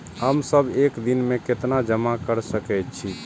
हम सब एक दिन में केतना जमा कर सके छी?